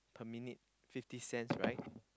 per minute fifty cents right